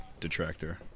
detractor